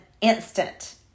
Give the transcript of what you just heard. instant